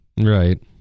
Right